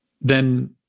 Then-